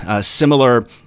similar